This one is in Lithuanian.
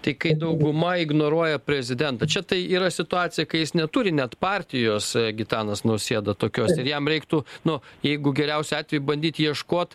tai kai dauguma ignoruoja prezidentą čia tai yra situacija kai jis neturi net partijos gitanas nausėda tokios jam reiktų nu jeigu geriausiu atveju bandyt ieškot